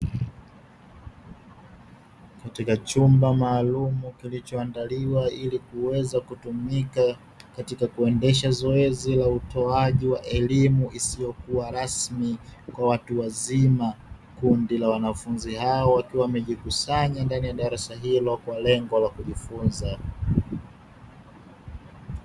Katika chumba maalumu kilichoandaliwa, ili kuweza kutumika katika kuendesha zoezi la utoaji wa elimu isiyokuwa rasmi kwa watu wazima. Kundi la wanafunzi hao wakiwa wamejikusanya ndani ya darasa hilo kwa lengo la kujifunza.